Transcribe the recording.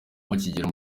bakigera